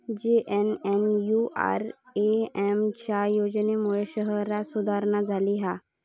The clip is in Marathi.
जे.एन.एन.यू.आर.एम च्या योजनेमुळे शहरांत सुधारणा झाली हा